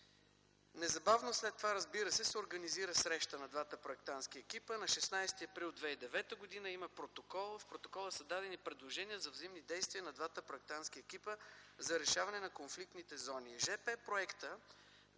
Незабавно след това, разбира се, се организира среща на двата проектантски екипа. На 16 април 2009 г. има протокол – в протокола са дадени предложения за взаимни действия на двата проектантски екипа за решаване на конфликтните зони.